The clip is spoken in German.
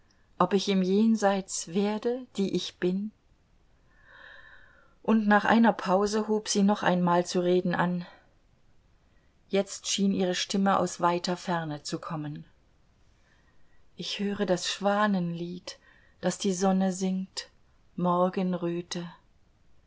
ob ich im jenseits werde die ich bin und nach einer pause hob sie noch einmal zu reden an jetzt schien ihre stimme aus weiter ferne zu kommen ich höre das schwanenlied das die sonne singt morgenröte